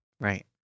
Right